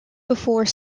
before